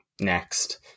next